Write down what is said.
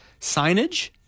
signage